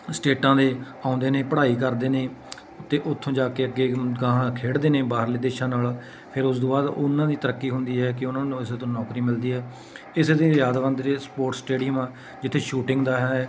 ਸਟੇਟਾਂ ਦੇ ਆਉਂਦੇ ਨੇ ਪੜ੍ਹਾਈ ਕਰਦੇ ਨੇ ਅਤੇ ਉੱਥੋਂ ਜਾ ਕੇ ਅੱਗੇ ਅਗਾਂਹ ਖੇਡਦੇ ਨੇ ਬਾਹਰਲੇ ਦੇਸ਼ਾਂ ਨਾਲ ਫਿਰ ਉਸ ਤੋਂ ਬਾਅਦ ਉਹਨਾਂ ਦੀ ਤਰੱਕੀ ਹੁੰਦੀ ਹੈ ਕਿ ਉਹਨਾਂ ਨੂੰ ਇਸ ਤੋਂ ਨੌਕਰੀ ਮਿਲਦੀ ਹੈ ਇਸੇ ਤਰ੍ਹਾਂ ਯਾਦਵਿੰਦਰਾ ਸਪੋਰਟ ਸਟੇਡੀਅਮ ਆ ਜਿੱਥੇ ਸ਼ੂਟਿੰਗ ਦਾ ਹੈ